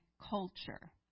culture